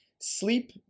Sleep